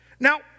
Now